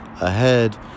ahead